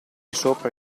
sopra